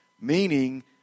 Meaning